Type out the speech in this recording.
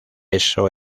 eso